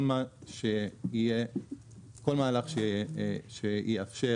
כל מהלך שיאפשר